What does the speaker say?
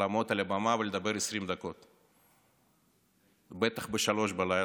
לעמוד על הבמה ולדבר 20 דקות, בטח לא ב-03:00.